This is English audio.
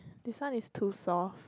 this one is too soft